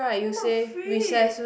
not free